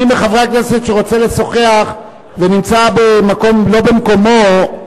מי מחברי הכנסת שרוצה לשוחח ונמצא לא במקומו,